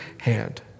hand